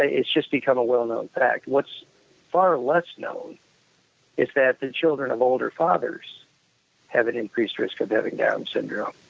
ah it's just become a well-known fact what's far less known is that the children of older fathers have an increased risk of having down's syndrome.